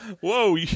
Whoa